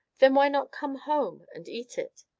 then why not come home and eat it?